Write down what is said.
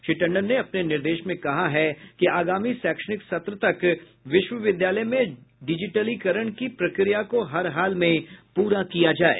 श्री टंडन ने अपने निर्देश में कहा है कि आगामी शैक्षणिक सत्र तक विश्वविद्यालय में डिजिटलीकरण की प्रक्रिया को हर हाल में पूरा किया जाये